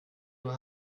nur